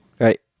Right